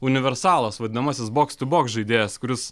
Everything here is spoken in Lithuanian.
universalas vadinamasis boks tu boks žaidėjas kuris